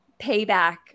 payback